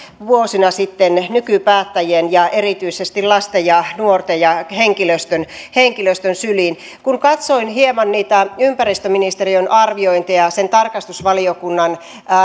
vuosina nykypäättäjien ja erityisesti lasten ja nuorten ja henkilöstön henkilöstön syliin kun katsoin hieman niitä ympäristöministeriön arviointeja sen tarkastusvaliokunnan